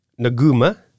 Naguma